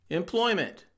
employment